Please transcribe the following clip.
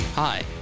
Hi